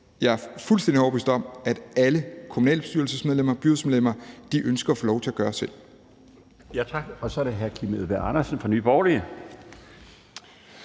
jeg er fuldstændig overbevist om at alle kommunalbestyrelsesmedlemmer og byrådsmedlemmer ønsker at få lov til at gøre selv.